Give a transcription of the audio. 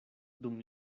dum